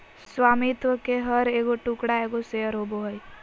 स्वामित्व के हर एगो टुकड़ा एगो शेयर होबो हइ